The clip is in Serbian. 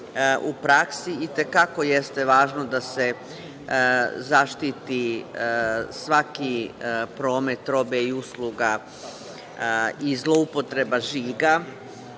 u praksi i te kako jeste važno da se zaštiti svaki promet robe i usluga i zloupotreba žiga,